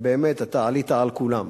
אבל באמת, אתה עלית על כולם.